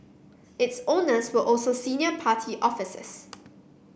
its owners were also senior party officers